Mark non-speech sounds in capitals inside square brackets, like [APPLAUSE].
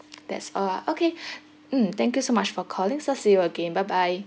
that's all ah okay [BREATH] mm thank you so much for calling sir see you again bye bye